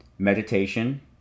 meditation